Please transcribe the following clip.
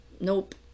nope